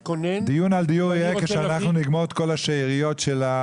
הדיון על דיור יהיה כאשר אנחנו נגמור את כל השאריות של הסעיפים.